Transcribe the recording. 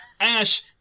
Ash